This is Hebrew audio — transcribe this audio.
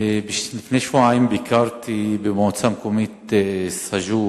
לפני שבועיים ביקרתי במועצה המקומית סאג'ור,